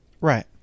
Right